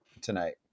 tonight